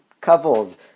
couples